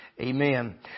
Amen